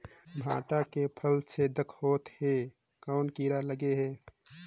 भांटा के फल छेदा होत हे कौन कीरा लगे हे?